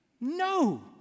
No